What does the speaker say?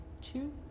two